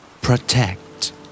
Protect